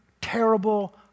terrible